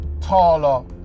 taller